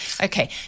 Okay